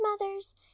mother's